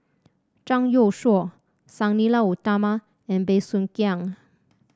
Zhang Youshuo Sang Nila Utama and Bey Soo Khiang